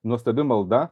nuostabi malda